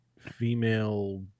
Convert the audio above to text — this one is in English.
female